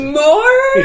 more